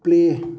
play